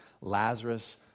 Lazarus